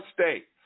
states